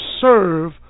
serve